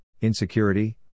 insecurity